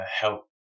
Help